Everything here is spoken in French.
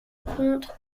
contre